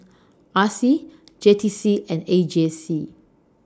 R C J T C and A J C